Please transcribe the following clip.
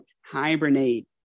hibernate